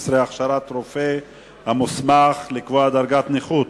115) (הכשרת רופא המוסמך לקבוע דרגת נכות),